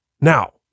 Now